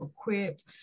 equipped